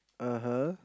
(uh huh)